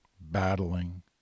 battling